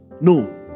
No